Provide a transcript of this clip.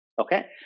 Okay